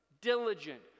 diligent